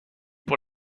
pour